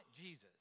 Jesus